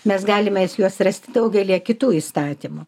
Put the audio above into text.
mes galime juos juos rasti daugelyje kitų įstatymų